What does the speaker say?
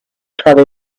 trolley